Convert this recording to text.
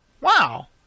Wow